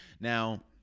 Now